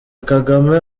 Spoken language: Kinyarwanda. kagame